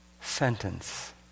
sentence